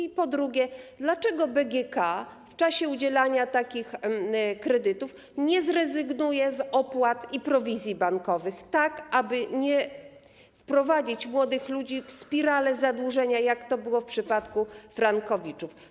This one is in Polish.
I po drugie, dlaczego BGK w czasie udzielania takich kredytów nie zrezygnuje z opłat i prowizji bankowych, tak aby nie wprowadzić młodych ludzi w spiralę zadłużenia, jak to było w przypadku frankowiczów?